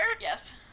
Yes